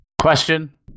Question